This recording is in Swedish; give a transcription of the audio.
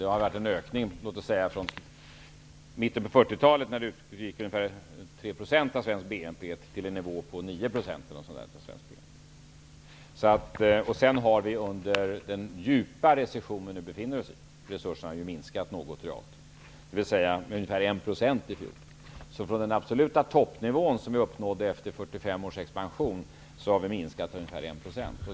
Det har varit en ökning låt oss säga från mitten av 40-talet, när det utgick ungefär 3 % av svensk BNP, till en nivå på 9 % eller något sådant av svensk BNP. Sedan har under den djupa recession vi nu befinner oss i resurserna minskat något realt, med ungefär 1 % i fjol. Så från den absoluta toppnivån, som vi uppnådde efter 45 års expansion, har vi minskat ungefär 1 %.